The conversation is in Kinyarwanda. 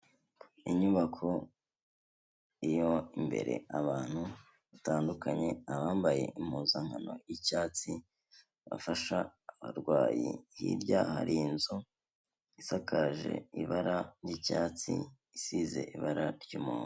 Inyubako iyo imbere abantu batandukanye abambaye impuzankano y'icyatsi bafasha abarwayi h'irya hari inzu isakaje ibara ry'icyatsi isize ibara ry'umuhodo.